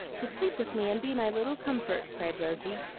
to sleep with me and be my little comfort, cried rosy,